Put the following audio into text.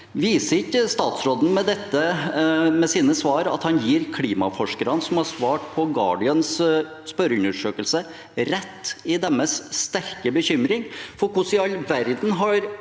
Viser ikke statsråden med sine svar at han gir klimaforskerne som har svart på The Guardians spørreundersøkelse, rett i deres sterke bekymring? Hvordan i all verden har